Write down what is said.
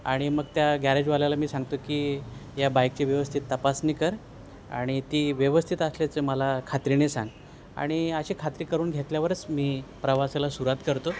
आणि मग त्या गॅरेजवाल्याला मी सांगतो की या बाईकची व्यवस्थित तपासणी कर आणि ती व्यवस्थित असल्याचं मला खात्रीने सांग आणि अशी खात्री करून घेतल्यावरच मी प्रवासाला सुरुवात करतो